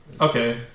Okay